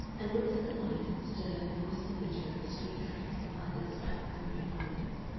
and looked at the light and stir and misty glitter of the street traffic from under slightly drooping eyelids,